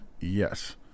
Yes